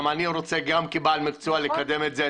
גם אני רוצה כבעל מקצוע לקדם את זה.